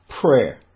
prayer